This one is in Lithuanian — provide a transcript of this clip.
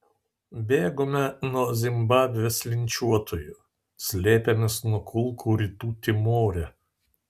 bėgome nuo zimbabvės linčiuotojų slėpėmės nuo kulkų rytų timore